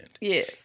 Yes